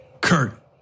Kurt